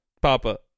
Papa